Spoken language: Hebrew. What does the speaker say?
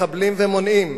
מחבלים ומונעים,